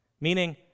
Meaning